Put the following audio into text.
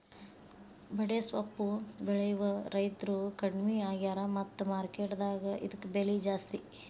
ಬಡೆಸ್ವಪ್ಪು ಬೆಳೆಯುವ ರೈತ್ರು ಕಡ್ಮಿ ಆಗ್ಯಾರ ಮತ್ತ ಮಾರ್ಕೆಟ್ ದಾಗ ಇದ್ಕ ಬೆಲೆ ಜಾಸ್ತಿ